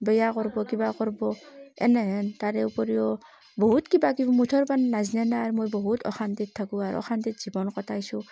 বেয়া কৰিব কিবা কৰিব এনেহেন তাৰে উপৰিও বহুত কিবাকিবি মুঠৰ ওপৰত নাজানে না আৰ মই বহুত অশান্তিত থাকোঁ আৰ অশান্তিত জীৱন কটাইছোঁ